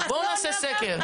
בואו נעשה סקר.